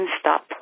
stop